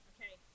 Okay